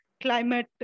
climate